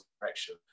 direction